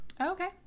Okay